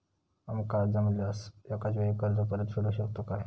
आमका जमल्यास एकाच वेळी कर्ज परत फेडू शकतू काय?